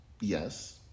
Yes